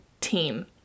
team